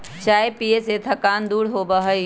चाय पीये से थकान दूर होबा हई